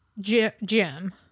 Jim